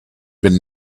been